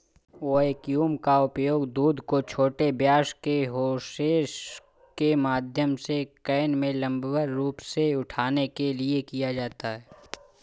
vacuum का उपयोग दूध को छोटे व्यास के होसेस के माध्यम से कैन में लंबवत रूप से उठाने के लिए किया जाता है